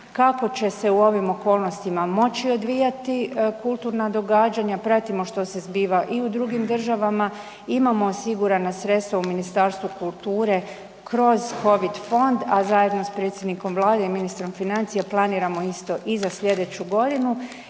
kako će se u ovim okolnostima moći odvijati kulturna događanja, pratimo što se zbiva i u drugim državama. Imamo osigurana sredstva u Ministarstvu kulture kroz covid fond, a zajedno s predsjednikom vlade i ministrom financija planiramo isto i za slijedeću godinu